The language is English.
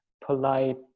polite